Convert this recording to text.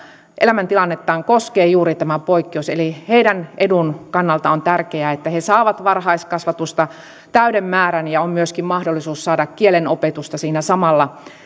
elämäntilannettaan koskee juuri tämä poikkeus eli heidän etunsa kannalta on tärkeää että he saavat varhaiskasvatusta täyden määrän ja että heillä on myöskin mahdollisuus saada kielen opetusta siinä samalla